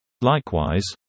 Likewise